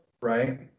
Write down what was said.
right